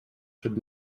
should